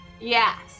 Yes